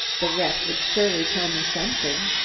the wreck would surely tell me something.